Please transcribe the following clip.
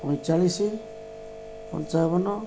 ପଇଁଚାଳିଶ ପଞ୍ଚାବନ